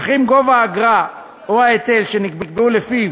אף אם גובה האגרה או ההיטל שנקבעו לפיו